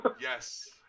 Yes